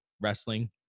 wrestling